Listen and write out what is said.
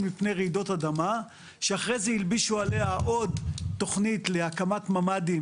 מפני רעידות אדמה שאחרי זה הלבישו עליה עוד תוכנית להקמת ממ"דים